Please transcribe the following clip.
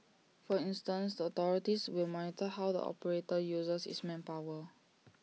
for instance the authorities will monitor how the operator uses its manpower